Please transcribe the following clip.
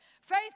Faith